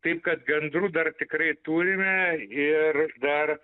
taip kad gandrų dar tikrai turime ir dar